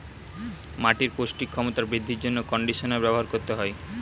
মাটির পৌষ্টিক ক্ষমতা বৃদ্ধির জন্য কন্ডিশনার ব্যবহার করতে হয়